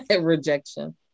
Rejection